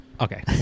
okay